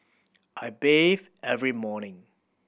I bathe every morning